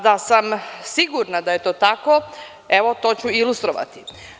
Da sam sigurna da je to tako, evo, to ću ilustrovati.